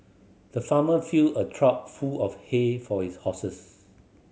the farmer filled a trough full of hay for his horses